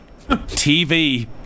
TV